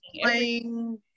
playing